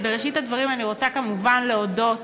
בראשית הדברים אני רוצה כמובן להודות